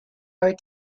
are